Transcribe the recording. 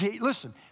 listen